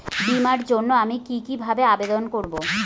বিমার জন্য আমি কি কিভাবে আবেদন করব?